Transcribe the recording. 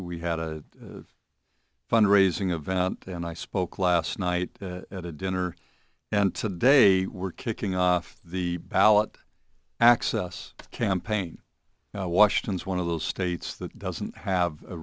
we had a fund raising event and i spoke last night at a dinner and today we're kicking off the ballot access campaign washington is one of those states that doesn't have a